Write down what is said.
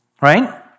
right